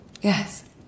Yes